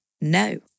no